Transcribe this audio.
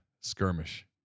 skirmish